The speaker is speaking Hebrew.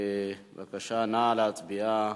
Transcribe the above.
בבקשה, נא להצביע.